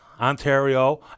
Ontario